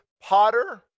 potter